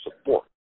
support